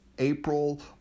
April